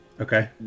okay